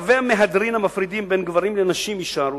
קווי המהדרין המפרידים בין גברים לנשים יישארו,